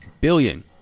billion